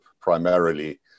primarily